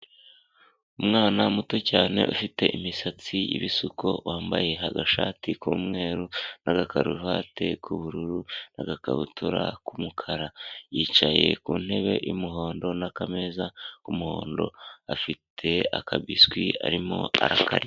Umwana muto cyane ufite imisatsi y'ibisuko, wambaye agashati k'umweru n'agakaruvati k'ubururu, n'akabutura k'umukara, yicaye ku ntebe y'umuhondo n'akameza k'umuhondo, afite akabiswi arimo arakarya.